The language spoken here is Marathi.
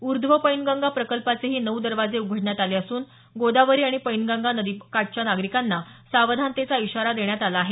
ऊर्ध्व पैनगंगा प्रकल्पाचेही नऊ दरवाजे उघडण्यात आले असून गोदावरी आणि पैनगंगा नदीकाठच्या नागरिकांना सावधानतेचा इशारा देण्यात आला आहे